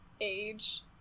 age